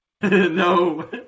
No